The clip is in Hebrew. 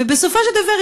ובסופו של דבר,